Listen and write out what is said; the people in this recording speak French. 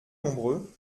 nombreux